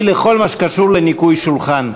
היא לכל מה שקשור לניקוי השולחן,